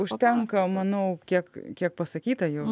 užtenka manau kiek kiek pasakyta jau